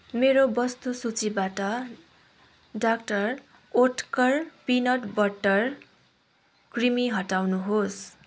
मेरो वस्तुसूचीबाट doctor Oetker peanut butter creamy हटाउनुहोस्